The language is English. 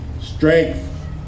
strength